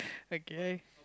okay